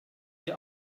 der